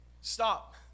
stop